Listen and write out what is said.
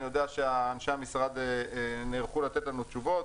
אני יודע שאנשי המשרד נערכו לתת לנו תשובות.